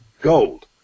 gold